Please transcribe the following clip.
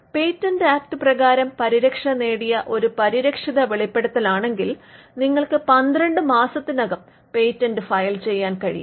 patent act പ്രകാരം പരിരക്ഷ നേടിയ ഒരു പരിരക്ഷിത വെളിപെടുതലാണെങ്കിൽ നിങ്ങൾക്ക് 12 മാസത്തിനകം പേറ്റന്റ് ഫയൽ ചെയ്യാൻ കഴിയും